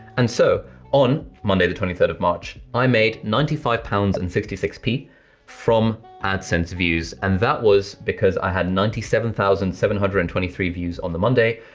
and so on monday the twenty third of march, i made ninety five pounds and sixty six p from adsense views and that was because i had ninety seven thousand seven hundred and twenty three views on the monday,